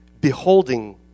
beholding